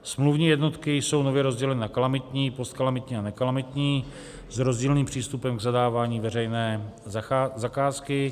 Smluvní jednotky jsou nově rozděleny na kalamitní, postkalamitní a nekalamitní s rozdílným přístupem k zadávání veřejné zakázky.